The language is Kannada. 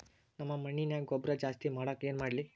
ನಮ್ಮ ಮಣ್ಣಿನ್ಯಾಗ ಗೊಬ್ರಾ ಜಾಸ್ತಿ ಮಾಡಾಕ ಏನ್ ಮಾಡ್ಲಿ?